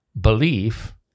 belief